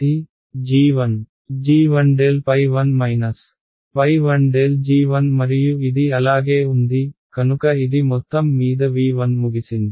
g 1 ∇1 1∇g 1 మరియు ఇది అలాగే ఉంది కనుక ఇది మొత్తం మీద V1 ముగిసింది